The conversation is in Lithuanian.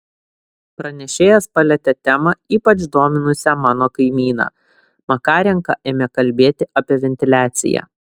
pranešėjas palietė temą ypač dominusią mano kaimyną makarenka ėmė kalbėti apie ventiliaciją